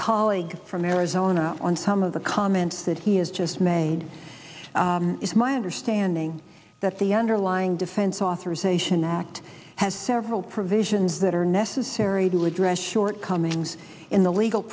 colleague from arizona on some of the comments that he has just made it is my understanding that the underlying defense authorization act has several provisions that are necessary to address shortcomings in the legal